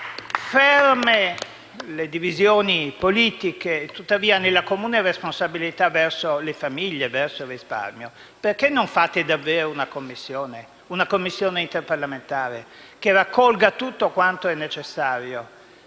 Ferme le divisioni politiche, tuttavia nella comune responsabilità verso le famiglie e il risparmio, perché non pensate davvero ad una Commissione interparlamentare che raccolga tutto quanto è necessario